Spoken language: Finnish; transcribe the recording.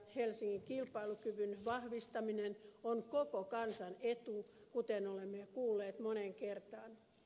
helsingin kilpailukyvyn vahvistaminen on koko kansan etu kuten olemme jo kuulleet moneen kertaan